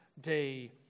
day